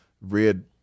red